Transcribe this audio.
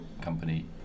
company